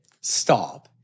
stop